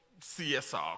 CSR